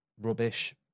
rubbish